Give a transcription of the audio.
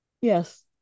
Yes